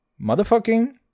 motherfucking